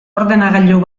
ordenagailu